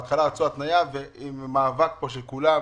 בהתחלה הציבו תנאים ואחרי מאבק של כולם,